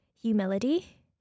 humility